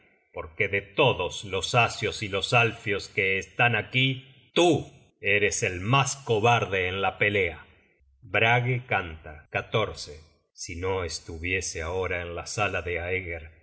porque de todos los asios y los alfios que estan aquí tú eres el mas cobarde en la pelea content from google book search generated at brage canta si no estuviese ahora en la sala de aeger